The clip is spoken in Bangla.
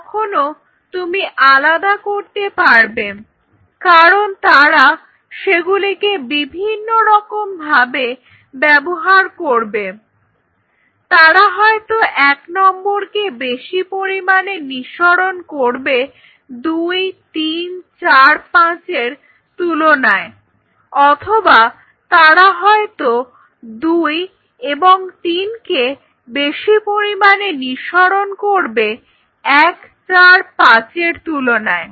তখনও তুমি আলাদা করতে পারবে কারণ তারা সেগুলিকে বিভিন্ন রকম ভাবে ব্যবহার করবে তারা হয়তো এক নম্বর কে বেশি পরিমাণে নিঃসরণ করবে দুইতিনচারপাঁচের তুলনায় অথবা তারা হয়তো দুই এবং তিন কে বেশি পরিমাণে নিঃসরণ করবে একচারপাঁচের তুলনায়